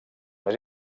més